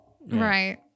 Right